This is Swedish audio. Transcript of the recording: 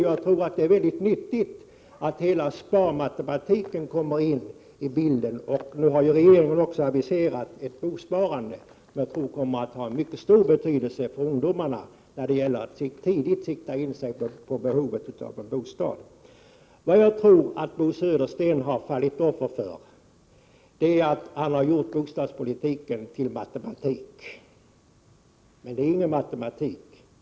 Jag tror att det är väldigt nyttigt att sparandet kommer in i bilden, och nu har regeringen också aviserat ett bosparande som jag tror kommer att ha mycket stor betydelse för ungdomarna när det gäller att tidigt sikta in sig på behovet av en bostad. Vad jag tror att Bo Södersten har fallit offer för är att han har gjort bostadspolitiken till matematik. Men det är ingen matematik.